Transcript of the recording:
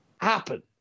Happen